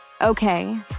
Okay